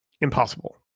Impossible